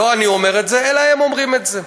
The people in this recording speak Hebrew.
לא אני אומר את זה, אלא הם אומרים את זה.